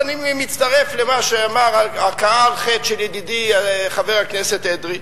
ואני מצטרף להכאה על חטא של ידידי חבר הכנסת אדרי,